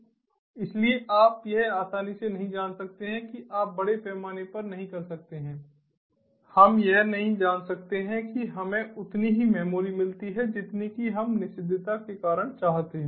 इसलिए आप यह आसानी से नहीं जान सकते हैं कि आप बड़े पैमाने पर नहीं कर सकते हैं हम यह नहीं जान सकते हैं कि हमें उतनी ही मेमोरी मिलती है जितनी कि हम निषिद्धताprohibitiveness के कारण चाहते हैं